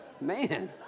Man